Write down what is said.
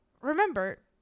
remember